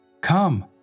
Come